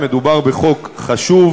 מדובר בחוק חשוב,